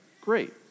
great